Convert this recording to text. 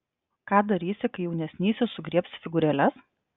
ką darysi kai jaunesnysis sugriebs figūrėles